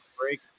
break